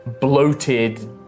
bloated